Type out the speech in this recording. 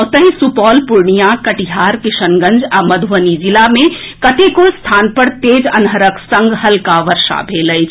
ओतहि सुपौल पूर्णियां कटिहार किशनगंज आ मधुबनी जिला मे कतेको स्थान पर तेज अन्हरक संग हल्का वर्षा भेल अछि